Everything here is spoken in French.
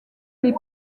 les